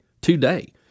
today